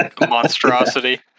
monstrosity